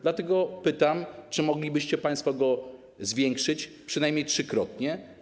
Dlatego pytam: Czy moglibyście państwo go zwiększyć przynajmniej trzykrotnie?